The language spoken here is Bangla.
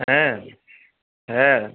হ্যাঁ হ্যাঁ